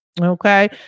Okay